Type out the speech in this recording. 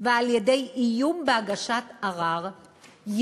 ועל-ידי איום בהגשת ערר את